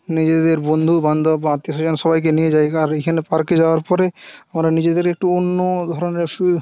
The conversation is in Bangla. নিজেদের বন্ধু বান্ধব বা আত্মীয় স্বজন সবাইকে নিয়ে যাই আর এইখানে পার্কে যাওয়ার পরে আমরা নিজেদের একটু অন্য ধরণের